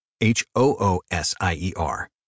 H-O-O-S-I-E-R